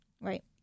Right